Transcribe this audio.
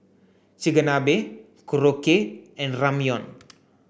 Chigenabe Korokke and Ramyeon